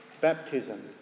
baptism